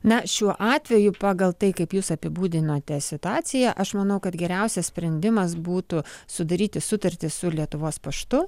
na šiuo atveju pagal tai kaip jūs apibūdinote situaciją aš manau kad geriausias sprendimas būtų sudaryti sutartį su lietuvos paštu